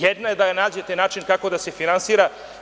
Jedna je da joj nađete način kako da se finansira.